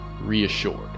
reassured